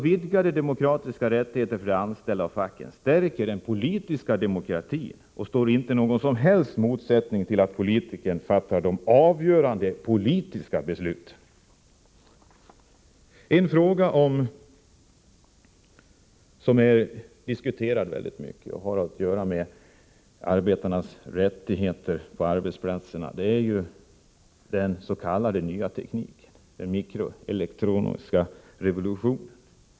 Vidgade demokratiska rättigheter för de anställda och facket stärker den politiska demokratin och står inte i någon som helst motsättning till att politiker fattar de avgörande politiska besluten. En fråga som har diskuterats väldigt mycket och har att göra med arbetarnas rättigheter på arbetsplatserna är den s.k. nya tekniken, den mikroelektroniska revolutionen.